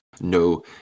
No